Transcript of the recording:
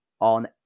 on